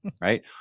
right